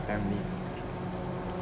family